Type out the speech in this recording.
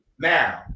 Now